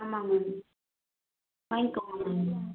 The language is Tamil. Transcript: ஆமாம் மேம் வாங்கிக்கோங்க மேம்